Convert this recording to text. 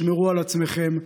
שמרו על עצמכם,